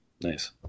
Nice